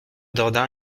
dordain